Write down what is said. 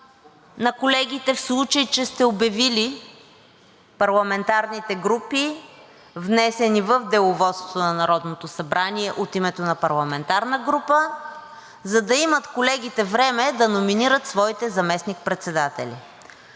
на колегите, в случай че сте обявили парламентарните групи, внесени в Деловодството на Народното събрание, от името на парламентарна група, за да имат колегите време да номинират своите заместник-председатели.